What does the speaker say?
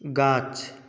গাছ